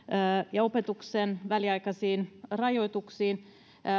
ja opetuksen väliaikaisiin rajoituksiin